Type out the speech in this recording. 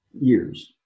years